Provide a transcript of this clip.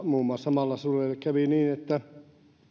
muun muassa niin että